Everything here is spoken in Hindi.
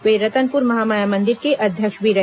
वे रतनपुर महामाया मंदिर के अध्यक्ष भी रहे